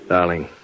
Darling